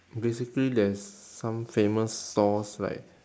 basically there is some famous stores like